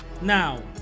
now